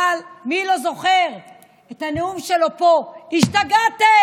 אבל מי לא זוכר את הנאום שלו פה: השתגעתם?